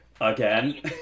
Again